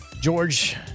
George